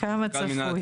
כמה צפוי.